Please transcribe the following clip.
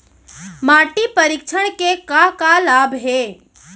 माटी परीक्षण के का का लाभ हे?